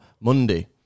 Monday